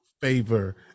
favor